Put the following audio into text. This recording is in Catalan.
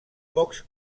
pocs